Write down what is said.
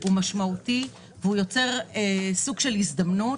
הוא משמעותי, הוא יוצר סוג של הזדמנות.